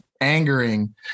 angering